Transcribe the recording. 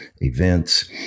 events